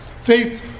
Faith